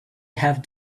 have